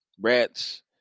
rats